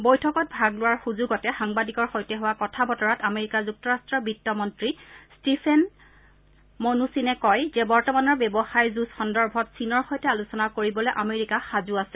বৈঠকত ভাগ লোৱাৰ সুযোগতে সাংবাদিকৰ সৈতে হোৱা কথা বতৰাত আমেৰিকা যুক্তৰাট্টৰ বিত্ত মন্ত্ৰী ষ্টিফেন ম্নুচিনে কয় যে বৰ্তমানৰ ব্যৱসায় যুঁজ সন্দৰ্ভত চীনৰ সৈতে আলোচনা কৰিবলৈ আমেৰিকা সাজু আছে